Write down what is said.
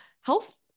health